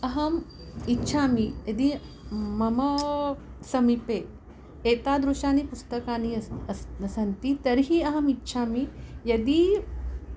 अहम् इच्छामि यदि मम समीपे एतादृशानि पुस्तकानि अस् अस सन्ति तर्हि अहमिच्छामि यदि